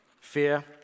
fear